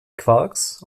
quarks